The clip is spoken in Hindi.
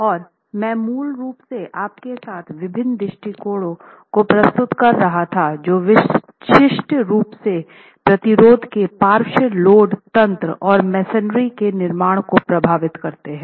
और मैं मूल रूप से आपके साथ विभिन्न दृष्टिकोणों को प्रस्तुत कर रहा था जो विशिष्ट रूप से प्रतिरोध के पार्श्व लोड तंत्र और मेसनरीके निर्माण को प्रभावित करते हैं